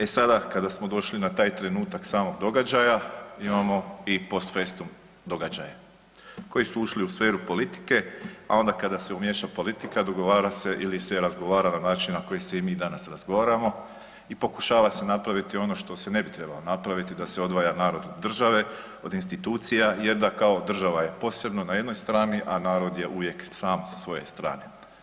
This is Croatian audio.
E sada kada smo došli na taj trenutak samog događaja, imamo i post festum događaje koji su ušli u sferu politike, a onda kada se umiješa politika, dogovara se ili se razgovara na način na koji se i mi danas razgovaramo i pokušava se napraviti ono što se ne bi trebalo napraviti, da se odvaja narod od države, od institucija, jer da kao država je posebno, na jednoj strani, a narod je uvijek sam sa svoje strane.